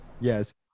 Yes